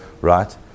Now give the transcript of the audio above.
right